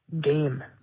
game